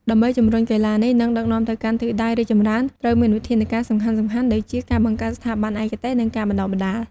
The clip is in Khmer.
ដើម្បីជំរុញកីឡានេះ និងដឹកនាំទៅកាន់ទិសដៅរីកចម្រើន ត្រូវមានវិធានការសំខាន់ៗដូចជាការបង្កើតស្ថាប័នឯកទេស និងការបណ្ដុះបណ្ដាល។